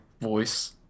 voice